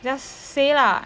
just say lah